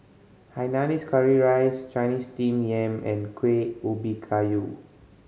hainanese curry rice Chinese Steamed Yam and Kueh Ubi Kayu